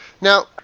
Now